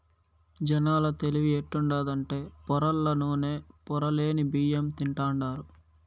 జనాల తెలివి ఎట్టుండాదంటే పొరల్ల నూనె, పొరలేని బియ్యం తింటాండారు